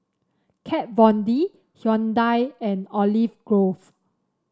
Kat Von D Hyundai and Olive Grove